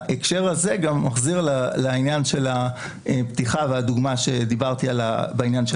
ההקשר הזה מחזיר לעניין של הפתיחה והדוגמה שנתתי בעניין של